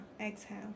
Exhale